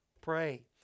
pray